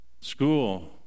School